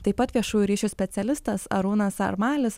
taip pat viešųjų ryšių specialistas arūnas armalis